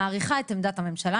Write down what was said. אני מעריכה את עמדת הממשלה,